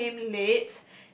he came late